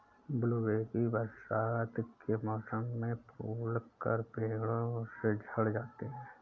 blueberry बरसात के मौसम में फूलकर पेड़ों से झड़ जाते हैं